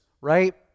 right